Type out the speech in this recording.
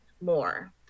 more